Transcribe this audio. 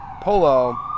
polo